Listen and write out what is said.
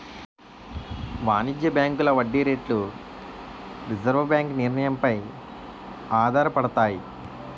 వాణిజ్య బ్యాంకుల వడ్డీ రేట్లు రిజర్వు బ్యాంకు నిర్ణయం పై ఆధారపడతాయి